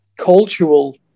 cultural